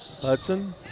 Hudson